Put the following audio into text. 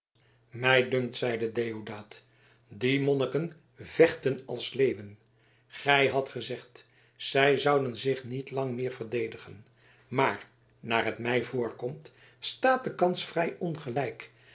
mij dunkt zeide deodaat die monniken vechten als leeuwen gij hadt gezegd zij zouden zich niet lang meer verdedigen maar naar het mij voorkomt staat de kans vrij ongelijk